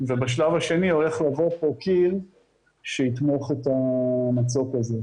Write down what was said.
בשלב השני הולך לעבור פה קיר שיתמוך את המצוק הזה.